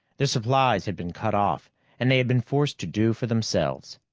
their supplies had been cut off and they had been forced to do for themselves.